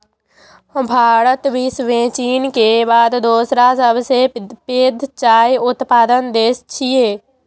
भारत विश्व मे चीन के बाद दोसर सबसं पैघ चाय उत्पादक देश छियै